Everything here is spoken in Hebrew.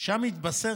חבריי חברי הכנסת,